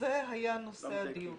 זה היה נושא הדיון